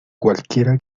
cualquiera